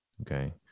Okay